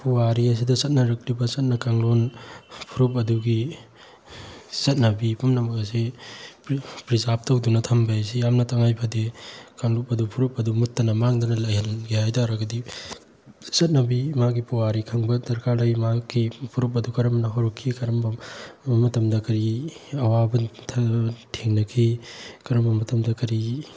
ꯄꯨꯋꯥꯔꯤ ꯑꯁꯤꯗ ꯆꯠꯅꯔꯛꯂꯤꯕ ꯆꯠꯅ ꯀꯥꯡꯂꯣꯟ ꯐꯨꯔꯨꯞ ꯑꯗꯨꯒꯤ ꯆꯠꯅꯕꯤ ꯄꯨꯝꯅꯃꯛ ꯑꯁꯤ ꯄ꯭ꯔꯤꯖꯥꯞ ꯇꯧꯗꯨꯅ ꯊꯝꯕ ꯍꯥꯏꯁꯤ ꯌꯥꯝꯅ ꯇꯉꯥꯏ ꯐꯗꯦ ꯀꯥꯡꯂꯨꯞ ꯑꯗꯨ ꯐꯨꯔꯨꯞ ꯑꯗꯨ ꯃꯨꯠꯇꯅ ꯃꯥꯡꯗꯅ ꯂꯩꯍꯟꯒꯦ ꯍꯥꯏꯕ ꯇꯥꯔꯒꯗꯤ ꯆꯠꯅꯕꯤ ꯃꯥꯒꯤ ꯄꯨꯋꯥꯔꯤ ꯈꯪꯕ ꯗ꯭ꯔꯀꯥꯔ ꯂꯩ ꯃꯥꯒꯤ ꯐꯨꯔꯨꯞ ꯑꯗꯨ ꯀꯔꯝꯅ ꯍꯧꯔꯛꯈꯤ ꯀꯔꯝꯕ ꯃꯇꯝꯗ ꯀꯔꯤ ꯑꯋꯥꯕ ꯊꯦꯡꯅꯈꯤ ꯀꯔꯝꯕ ꯃꯇꯝꯗ ꯀꯔꯤ